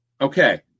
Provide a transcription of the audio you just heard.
okay